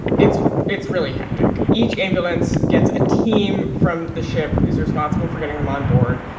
it's it's really hectic. each ambulance gets a team from the ship who's responsible for getting them on board.